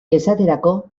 esaterako